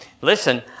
Listen